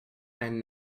and